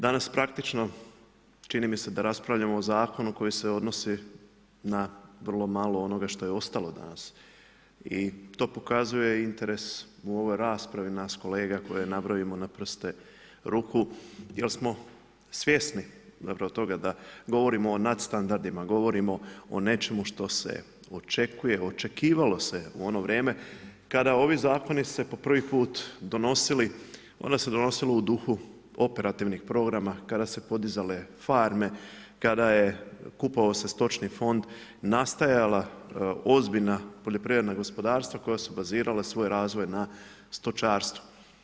Danas praktično čini mi se da raspravljamo o zakonu koji se odnosi na vrlo malo onoga što je ostalo danas i to pokazuje interes u ovoj raspravi nas kolega koje nabrojimo na prste ruku jer smo svjesni zapravo toga da govorimo o nadstandardima, govorimo o nečemu što se očekuje, očekivalo se u ono vrijeme kada ovi zakoni su se po prvi put donosili, onda se donosilo u duhu operativnih programa kada su se podizale farme, kada je kupovao se stočni fond, nastajala ozbiljna poljoprivredna gospodarstva koja su bazirala svoj razvoj na stočarstvu.